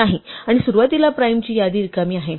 नाही आणि सुरुवातीला प्राइमची यादी रिकामी आहे